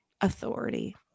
authority